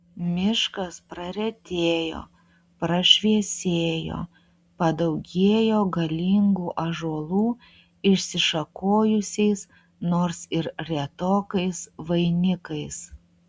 miškas praretėjo prašviesėjo padaugėjo galingų ąžuolų išsišakojusiais nors ir retokais vainikais